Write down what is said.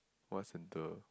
what centre